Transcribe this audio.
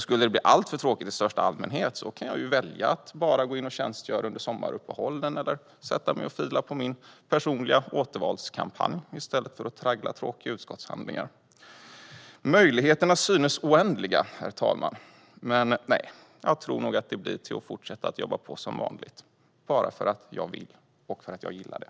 Skulle det i största allmänhet bli alltför tråkigt kan jag ju välja att bara gå in och tjänstgöra under sommaruppehållen eller sätta mig och fila på min personliga återvalskampanj i stället för att traggla tråkiga utskottshandlingar. Herr talman! Möjligheterna synes oändliga. Men nej, jag tror nog att det blir till att jobba på som vanligt, bara för att jag vill och för att jag gillar det.